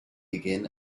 begin